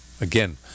again